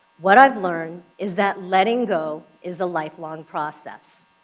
what i've learned is that letting go is a lifelong process.